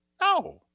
No